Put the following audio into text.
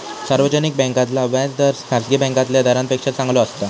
सार्वजनिक बॅन्कांतला व्याज दर खासगी बॅन्कातल्या दरांपेक्षा चांगलो असता